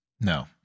no